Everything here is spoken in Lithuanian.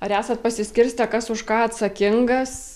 ar esat pasiskirstę kas už ką atsakingas